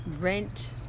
rent